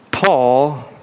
Paul